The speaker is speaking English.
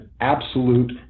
absolute